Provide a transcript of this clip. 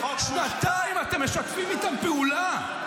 שנתיים אתם משתפים איתם פעולה.